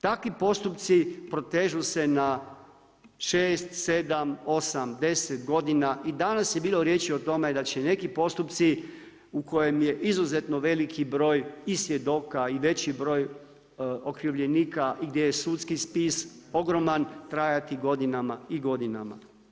Takvi postupci protežu se na 6, 7, 8, 10 godina i danas je bilo riječi o tome da će neki postupci u kojem je izuzetno veliki broj i svjedoka i veći broj okrivljenika i gdje je sudski spis ogroman, trajati godinama i godinama.